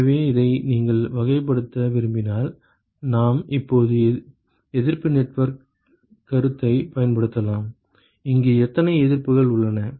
எனவே இதை நீங்கள் வகைப்படுத்த விரும்பினால் நாம் இப்போது எதிர்ப்பு நெட்வொர்க் கருத்தைப் பயன்படுத்தலாம் இங்கு எத்தனை எதிர்ப்புகள் உள்ளன